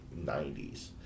90s